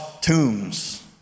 tombs